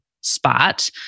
spot